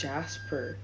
Jasper